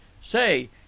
Say